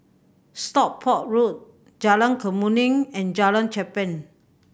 Stockport Road Jalan Kemuning and Jalan Cherpen